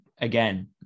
again